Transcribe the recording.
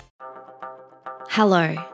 hello